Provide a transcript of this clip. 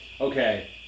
okay